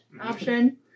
option